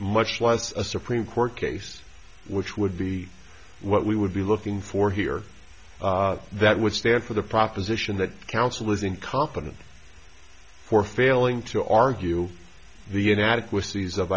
much less a supreme court case which would be what we would be looking for here that would stand for the proposition that counsel is incompetent for failing to argue the inadequac